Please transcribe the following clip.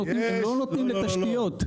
הם לא נותנים לתשתיות.